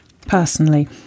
personally